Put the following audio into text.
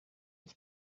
ich